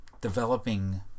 developing